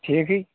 ٹھیٖکھٕے